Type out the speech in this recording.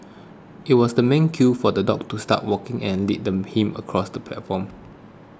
it was the man's cue for the dog to start walking and lead them him across the platform